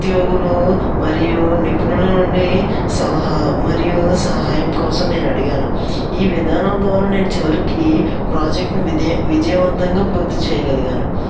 ఉద్యోగులు మరియు నిపుణుల నుండి సలహా మరియు సహాయం కోసం నేను అడిగాను ఈ విధానం ద్వారా నేను చివరికి ప్రాజెక్ట్ ని విజ విజయవంతంగా పూర్తి చేయగలిగాను